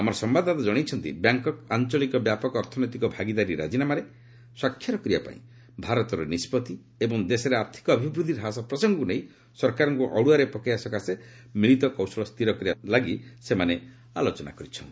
ଆମର ସମ୍ଭାଦଦାତା ଜଣାଇଛନ୍ତି ବ୍ୟାଙ୍କକ୍ ଆଞ୍ଚଳିକ ବ୍ୟାପକ ଅର୍ଥନୈତିକ ଭାଗିଦାରୀ ରାଜିନାମାରେ ସ୍ୱାକ୍ଷର କରିବା ପାଇଁ ଭାରତର ନିଷ୍କଭି ଏବଂ ଦେଶରେ ଆର୍ଥିକ ଅଭିବୃଦ୍ଧି ହ୍ରାସ ପ୍ରସଙ୍ଗକୁ ନେଇ ସରକାରଙ୍କୁ ଅଡୁଆରେ ପକାଇବା ପାଇଁ ମିଳିତ କୌଶଳ ସ୍ଥିର କରିବା ସକାଶେ ସେମାନେ ଆଲୋଚନା କରିଛନ୍ତି